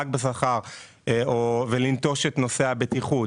רק בשכר ולנטוש את נושא הבטיחות.